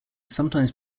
sometimes